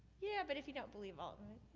yeah, but if you don't believe all,